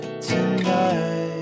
tonight